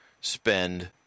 spend